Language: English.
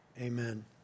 Amen